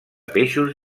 peixos